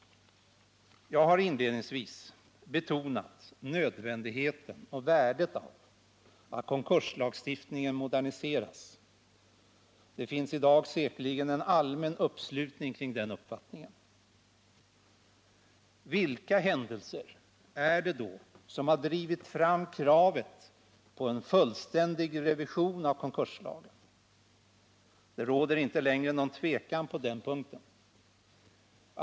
Jag har inledningsvis betonat nödvändigheten och värdet av att konkurslagstiftningen moderniseras. Det finns i dag säkerligen en allmän uppslutning kring den uppfattningen. Vilka händelser är det då som har drivit fram kravet på en fullständig revision av konkurslagen? Det råder inte längre någon tvekan på den punkten.